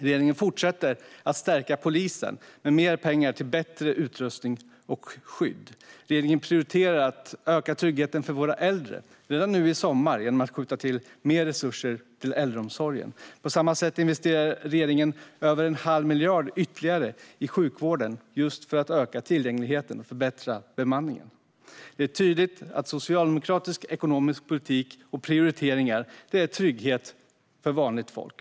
Regeringen fortsätter att stärka polisen med mer pengar till bättre utrustning och skydd. Regeringen prioriterar ökad trygghet för våra äldre genom att redan i sommar skjuta till mer resurser till äldreomsorgen. Regeringen investerar även över en halv miljard ytterligare i sjukvården för att öka tillgängligheten och förbättra bemanningen. Det är tydligt att Socialdemokraternas ekonomiska politik och prioriteringar ger trygghet för vanligt folk.